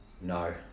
No